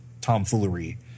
tomfoolery